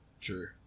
True